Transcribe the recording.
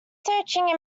searching